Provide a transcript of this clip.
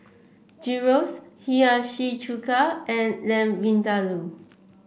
Gyros Hiyashi Chuka and Lamb Vindaloo